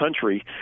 country